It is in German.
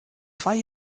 zwei